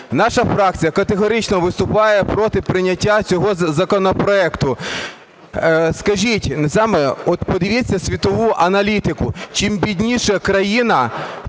Наша фракція категорично виступає проти прийняття цього законопроекту. Скажіть, от подивіться світову аналітику, чим бідніша країна,